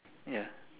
ya